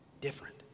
Different